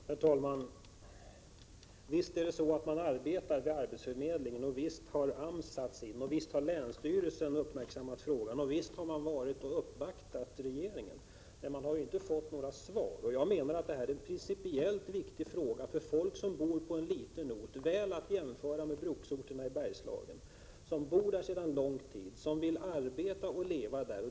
Herr talman! Visst arbetar man på arbetsförmedlingen, och visst har AMS satts in. Visst har länsstyrelsen uppmärksammat frågan, och visst har regeringen uppvaktats, men man har inte fått några svar. Jag menar att det här är en principiellt viktig fråga för folk på en liten ort — väl att jämföra med bruksorterna i Bergslagen — som bor där sedan lång tid tillbaka, som vill arbeta och leva där.